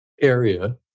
area